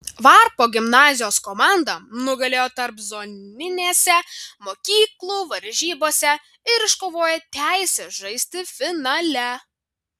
varpo gimnazijos komanda nugalėjo tarpzoninėse mokyklų varžybose ir iškovojo teisę žaisti finale